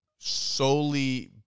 solely